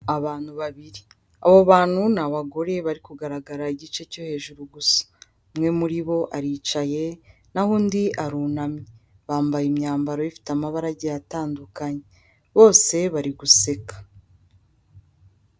Abantu babiri, abo bantu ni abagore bari kugaragara igice cyo hejuru gusa, umwe muri bo aricaye naho undi arunamye bambaye imyambaro ifite amabara agiye atandukanye bose bari guseka.